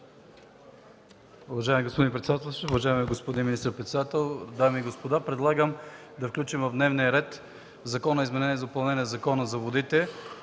Уважаеми господин председател, уважаеми господин министър-председател, дами и господа! Предлагам да включим в дневния ред Законопроект за изменение и допълнение на Закона за водите.